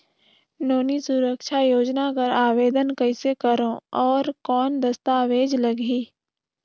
नोनी सुरक्षा योजना कर आवेदन कइसे करो? और कौन दस्तावेज लगही?